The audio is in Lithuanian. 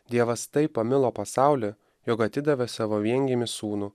dievas taip pamilo pasaulį jog atidavė savo viengimį sūnų